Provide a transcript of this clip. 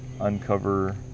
uncover